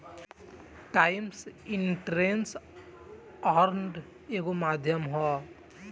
times interest earned एगो माध्यम ह